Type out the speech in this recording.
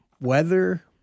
Weather